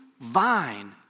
vine